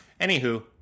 Anywho